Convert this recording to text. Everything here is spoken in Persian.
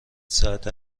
ساعت